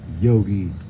yogi